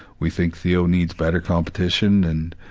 we think theo needs better competition and